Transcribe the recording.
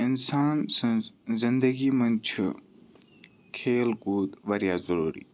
اِنسان سٕنٛز زندگی منٛز چھُ کھیل کوٗد واریاہ ضٔروٗری